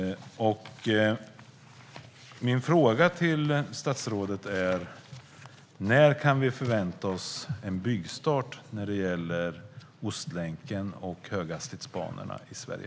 Min fråga till statsrådet är: När kan vi förvänta oss en byggstart när det gäller Ostlänken och höghastighetsbanorna i Sverige?